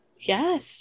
Yes